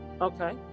Okay